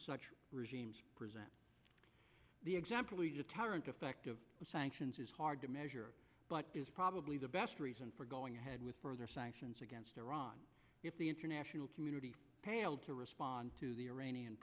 such regimes present the example you just tyrant effect of sanctions is hard to measure but is probably the best reason for going ahead with further sanctions against iran if the international community paled to respond to the ira